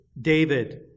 David